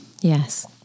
Yes